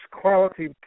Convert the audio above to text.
quality